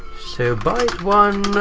so byte one